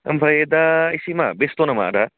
ओमफ्राय दा इसे मा बेस्ट' नामा आदा